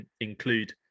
include